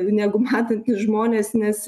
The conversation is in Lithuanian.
negu matantys žmonės nes